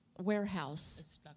warehouse